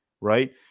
right